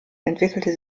entwickelte